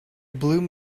bloom